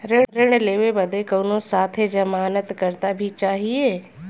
ऋण लेवे बदे कउनो साथे जमानत करता भी चहिए?